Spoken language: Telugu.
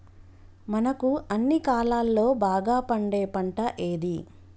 మనకు అన్ని కాలాల్లో బాగా పండే పంట ఏది?